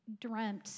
dreamt